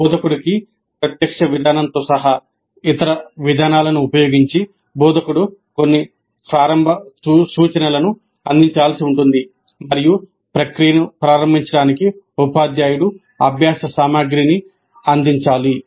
బోధకుడికి ప్రత్యక్ష విధానంతో సహా ఇతర విధానాలను ఉపయోగించి బోధకుడు కొన్ని ప్రారంభ సూచనలను అందించాల్సి ఉంటుంది మరియు ప్రక్రియను ప్రారంభించడానికి ఉపాధ్యాయుడు అభ్యాస సామగ్రిని అందించాలి